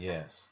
Yes